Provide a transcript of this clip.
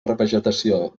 revegetació